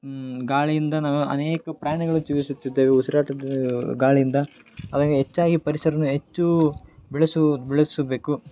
ಹ್ಞೂ ಗಾಳಿಯಿಂದನು ಅನೇಕ ಪ್ರಾಣಿಗಳು ಜೀವಿಸುತ್ತಿದ್ದಾವೆ ಉಸಿರಾಟದ ಗಾಳಿಯಿಂದ ಹೆಚ್ಚಾಗಿ ಪರಿಸರನು ಹೆಚ್ಚೂ ಬೆಳೆಸೂದು ಬೆಳೆಸಬೇಕು